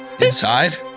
Inside